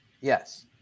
Yes